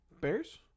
Bears